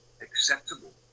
acceptable